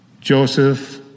Joseph